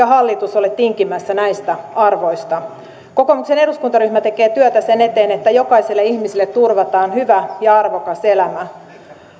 hallitus ole tinkimässä näistä arvoista kokoomuksen eduskuntaryhmä tekee työtä sen eteen että jokaiselle ihmiselle turvataan hyvä ja arvokas elämä